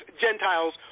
Gentiles